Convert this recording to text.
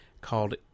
Called